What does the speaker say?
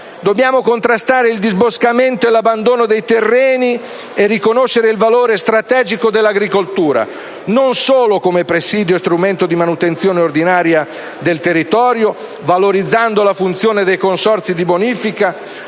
Dobbiamo contrastare il disboscamento e l'abbandono dei terreni e riconoscere il valore strategico dell'agricoltura: non solo come presidio e strumento di manutenzione ordinaria del territorio, valorizzando la funzione dei consorzi di bonifica,